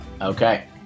Okay